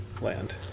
land